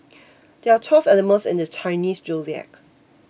there are twelve animals in the Chinese zodiac